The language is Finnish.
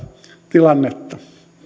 tilannetta